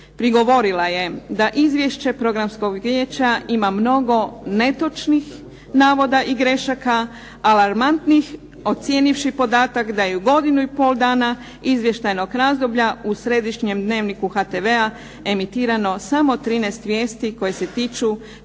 prigovorila je da izvješće Programskog vijeća ima mnogo netočnih navoda i grešaka, alarmantnih, ocijenivši podatak da je u godinu i pol dana izvještajnog razdoblja u središnjem dnevniku HTV-a emitirano samo 13 vijesti koje se tiču